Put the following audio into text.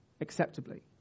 acceptably